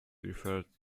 referred